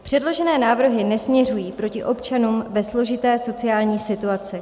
Předložené návrhy nesměřují proti občanům ve složité sociální situaci.